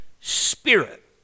spirit